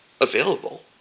available